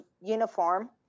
uniform